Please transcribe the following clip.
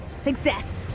Success